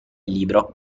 libro